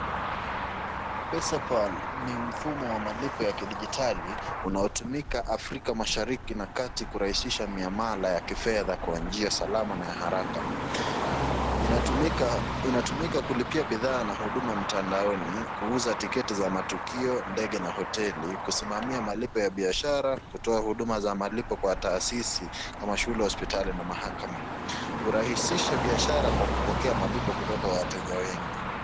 Pesa pal ni mfumo wa malipo wa kidijitali unaotumika afrika mashariki na kati kurahisisha miamala ya kifedha kwa njia salama na ya haraka. Inatumika kulipia bidhaa na huduma mtaandaoni kuuza tiketi za matukio ndege na hoteli kusimamia malipo ya biashara kutoa huduma za malipo kwa taasisi kama shule hospitali na mahakama. Hurahisisha biashara kwa kupokea malipo kutoka kwa wateja wengi.